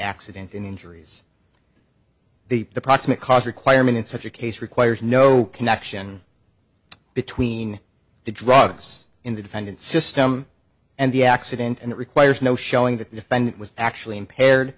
accident in injuries the proximate cause requirement in such a case requires no connection between the drugs in the defendant system and the accident and it requires no showing that the defendant was actually impaired